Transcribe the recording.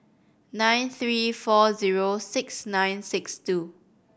nine three four zero six nine six two